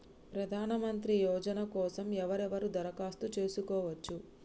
ప్రధానమంత్రి యోజన కోసం ఎవరెవరు దరఖాస్తు చేసుకోవచ్చు?